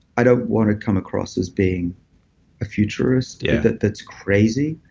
i don't want to come across as being a futurist. yeah that's crazy.